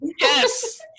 Yes